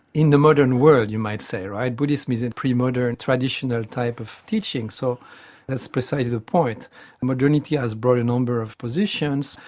in the modern world you might say, right, buddhism is a pre-modern traditional type of teaching, so that's precisely the point modernity has brought a number of positions,